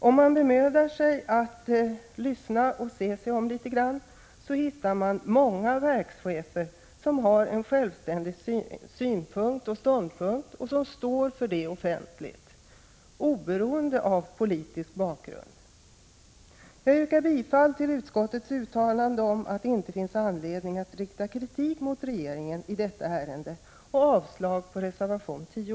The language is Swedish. Om man bemödar sig att lyssna och ser sig om litet grand hittar man många verkschefer som har självständiga synpunkter och intar en självständig ståndpunkt och som står för detta offentligt, oberoende av politisk bakgrund. Jag yrkar bifall till utskottets uttalande om att det inte finns anledning att rikta kritik mot regeringen i detta ärende och avslag på reservation 10.